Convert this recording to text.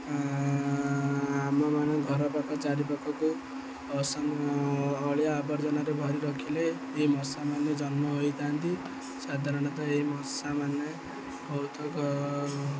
ଆମମାନଙ୍କ ଘର ପାଖ ଚାରିପାଖକୁ ଅଳିଆ ଆବର୍ଜନାରେ ଭରି ରଖିଲେ ଏହି ମଶାମାନେ ଜନ୍ମ ହୋଇଥାନ୍ତି ସାଧାରଣତଃ ଏହି ମଶାମାନେ ବହୁତ